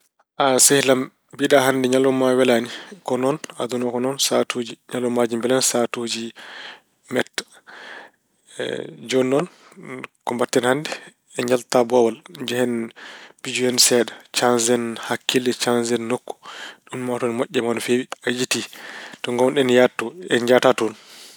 Sehil am mbiyɗa hannde ñalawma ma welaani? Ko noon, aduna o ko noon. Sahaatuuji ñalawma mbelan, sahatuuji metta. Jooni noon? ko mbaɗaten hannde? En njaltataa boowal? Njehen pijohen seeɗa. Saanjen hakkille, saanjen nokku. Ɗum maa taw ina moƴƴi e ma no feewi. A yejjitii? Ko ngoow-ɗen yahde to? En njahataa toon?